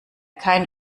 kein